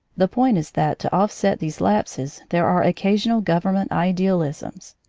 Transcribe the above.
the point is that, to offset these lapses, there are occasional government idealisms.